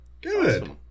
Good